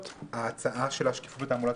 ההצעה של שקיפות תעמולת